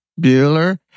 Bueller